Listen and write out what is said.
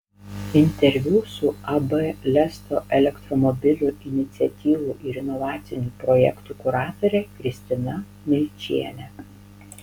interviu su ab lesto elektromobilių iniciatyvų ir inovacinių projektų kuratore kristina milčiene